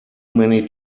many